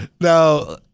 Now